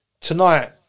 Tonight